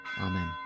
Amen